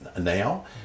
now